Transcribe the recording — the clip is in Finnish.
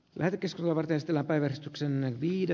kirkisellä väestöllä päivästuksemme viime